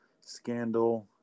scandal